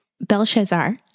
Belshazzar